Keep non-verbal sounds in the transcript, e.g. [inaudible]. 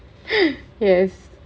[laughs] yes